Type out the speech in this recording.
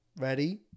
Ready